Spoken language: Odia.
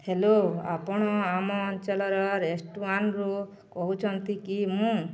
ହ୍ୟାଲୋ ଆପଣ ଆମ ଅଞ୍ଚଳର ରେଷ୍ଟୁରାଣ୍ଟରୁୁ କହୁଛନ୍ତି କି ମୁଁ